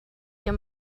your